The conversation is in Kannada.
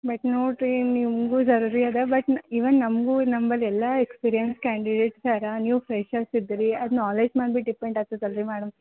ಬಟ್ ನೋಡಿರಿ ನಿಮಗೂ ಜಲ್ದಿ ಅದ ಬಟ್ ನ ಇವನ್ ನಮಗೂ ನಂಬಲ್ಲಿ ಎಲ್ಲ ಎಕ್ಸ್ಪೀರಿಯನ್ಸ್ ಕ್ಯಾಂಡಿಡೇಟ್ಸ್ ಅರ ನೀವು ಫ್ರೆಶರ್ಸ್ ಇದ್ದೀರಿ ಅದು ನಾಲೇಜ್ ಮ್ಯಾಲೆ ಭಿ ಡಿಪೆಂಡ್ ಆಗ್ತದಲ್ಲ ರಿ ಮ್ಯಾಡಮ್